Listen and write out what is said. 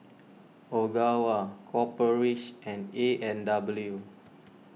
Ogawa Copper Ridge and A and W